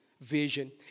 vision